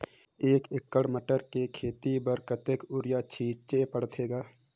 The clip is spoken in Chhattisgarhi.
एक एकड़ मटर के खेती म कतका युरिया छीचे पढ़थे ग?